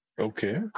Okay